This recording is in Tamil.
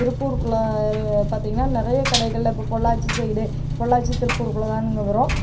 திருப்பூருக்குள்ள பார்த்திங்கன்னா நிறைய கடைகளில் இப்போ பொள்ளாச்சி சைடு பொள்ளாச்சி திருப்பூருக்குள்ளே தான்ங்க வரும்